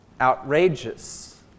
Outrageous